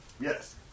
Yes